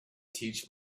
teach